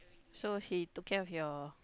so he took care of you all